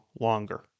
longer